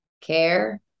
care